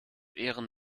ehren